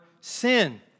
sin